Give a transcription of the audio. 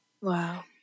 Wow